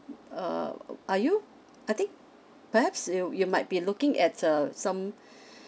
uh are you I think perhaps you you might be looking at uh some